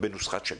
בנוסחת שקד.